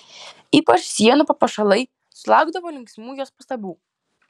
ypač sienų papuošalai sulaukdavo linksmų jos pastabų